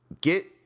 get